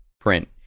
print